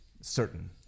certain